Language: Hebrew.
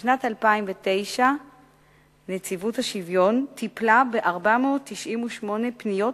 בשנת 2009 נציבות השוויון טיפלה ב-498 פניות,